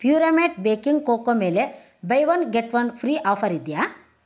ಪ್ಯೂರಮೇಟ್ baking cocoa ಮೇಲೆ buy one get one free offer ಇದೆಯಾ